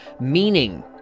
meaning